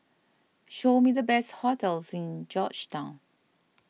show me the best hotels in Georgetown